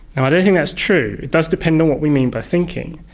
i don't think that's true. it does depend on what we mean by thinking.